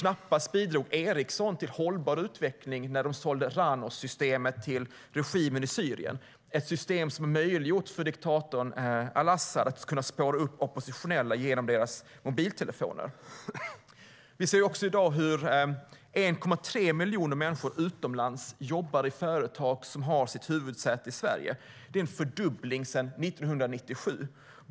Ericsson bidrog knappast till hållbar utveckling när de sålde Ranossystemet till regimen i Syrien - ett system som har gjort det möjligt för diktatorn al-Assad att spåra upp oppositionella via deras mobiltelefoner. I dag jobbar 1,3 miljoner människor utomlands i företag som har sitt huvudsäte i Sverige. Det är en fördubbling sedan 1997.